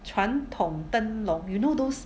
传统灯笼 you know those